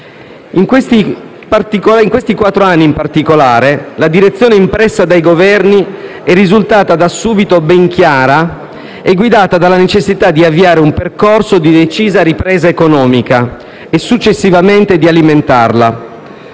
ultimi quattro anni, in particolare, la direzione impressa dai Governi è risultata da subito ben chiara e guidata dalla necessità di avviare un percorso di decisa ripresa economica e successivamente di alimentarla.